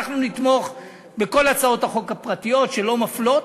אנחנו נתמוך בכל הצעות החוק הפרטיות שלא מפלות.